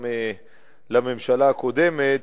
גם לממשלה הקודמת,